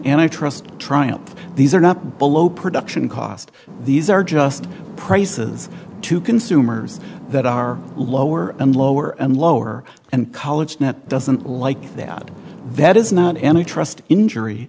antitrust trial these are not below production cost these are just prices to consumers that are lower and lower and lower and college net doesn't like that that is not any trust injury